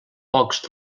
pocs